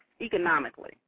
economically